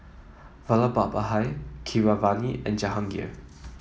Vallabhbhai Keeravani and Jehangirr